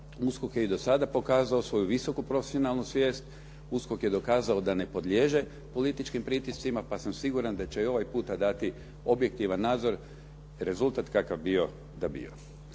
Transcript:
USKOK je i do sada pokazao svoju visoku profesionalnu svijest. USKOK je dokazao da ne podliježe političkim pritiscima, pa sam siguran da će i ovaj puta dati objektivan nadzor, rezultat kakav bio da bio.